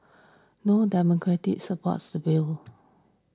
no Democrats supports the bill